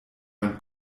mein